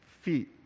feet